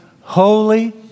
holy